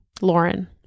Lauren